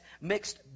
mixed